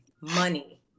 Money